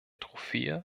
trophäe